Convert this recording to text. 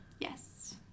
Yes